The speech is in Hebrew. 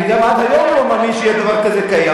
אני גם עד היום לא מאמין שדבר כזה קיים,